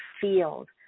field